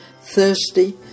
thirsty